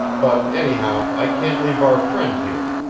but, anyhow, i can't leave our friend here.